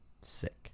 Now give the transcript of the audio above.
sick